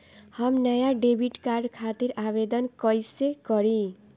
हम नया debit card खातिर आवेदन कईसे करी?